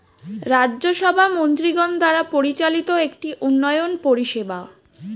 রাজ্য সভা মন্ত্রীগণ দ্বারা পরিচালিত একটি উন্নয়ন পরিষেবা